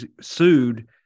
sued